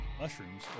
mushrooms